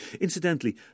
Incidentally